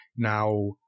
Now